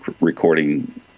recording